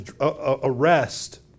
arrest